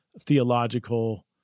theological